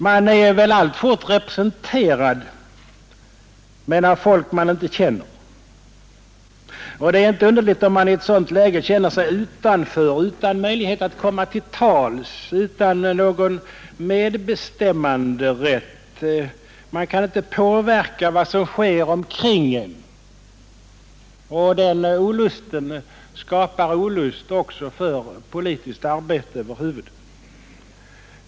Man är väl alltfort representerad — men av folk man inte känner. Det är inte underligt om man i ett sådant läge känner sig utanför, utan möjlighet att komma till tals, utan någon medbestämmanderätt. Man kan inte påverka vad som sker omkring en. Och den olusten skapar olust också inför politiskt arbete över huvud.